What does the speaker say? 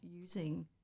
using